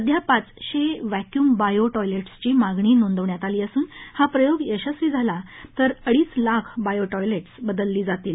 सध्या पाचशे vacuum bio टॉयलेट्सची मागणी नोंदवण्यात आली असून हा प्रयोग यशस्वी झाल्यानंतर अडीच लाख बायोटॉयलेटस बदलण्यात येतील